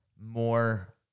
more